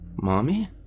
Mommy